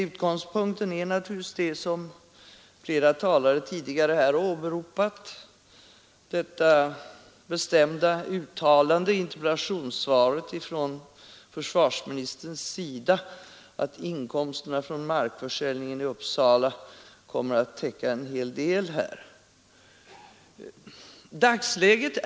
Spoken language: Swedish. Utgångspunkten är naturligtvis, som flera tidigare talare har åberopat, försvarsministerns bestämda uttalande i interpellationssvaret att inkomsterna från markförsäljningen i Uppsala kommer att täcka en hel del av investeringskostnaden.